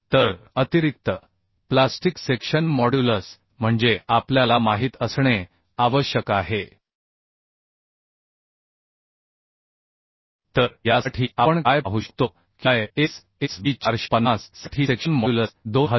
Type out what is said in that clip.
तर अतिरिक्त plastic section modulus म्हणजे आपल्याला माहित असणे आवश्यक आहे तर यासाठी आपण काय पाहू शकतो की ISHB 450 साठी सेक्शन मॉड्युलस 2030